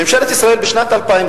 ממשלת ישראל בשנת 2000,